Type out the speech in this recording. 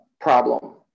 problem